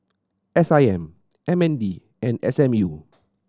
S I M M N D and S M U